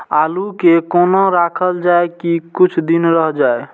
आलू के कोना राखल जाय की कुछ दिन रह जाय?